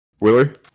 Willer